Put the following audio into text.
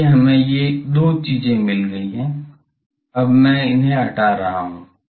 इसलिए हमें ये दो चीजें मिल गई हैं अब मैं इन्हें हटा रहा हूं